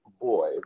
boy